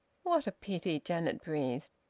what a pity! janet breathed.